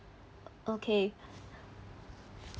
okay